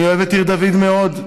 אני אוהב את עיר דוד מאוד.